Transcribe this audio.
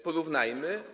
Porównajmy.